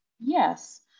yes